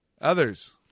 Others